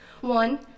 One